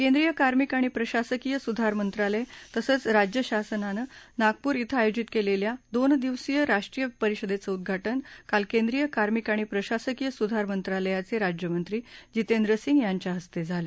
केंद्रीय कार्मिक आणि प्रशासकीय सुधार मंत्रालय तसंच राज्य शासनानं नागपूर ॐ आयोजित केलेल्या दोन दिवसीय राष्ट्रीय परिषदेचं उद्घाटन काल केंद्रीय कार्मिक आणि प्रशासकीय सुधार मंत्रालयाचे राज्यमंत्री जितेंद्र सिंग याच्या हस्ते झालं